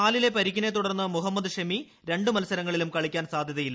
കാലിലെ പരിക്കിനെ തുടർന്ന് മുഹമ്മദ് ഷമി രണ്ടു മത്സരങ്ങളിലും കളിക്കാൻ സാധ്യതയില്ല